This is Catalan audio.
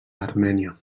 armènia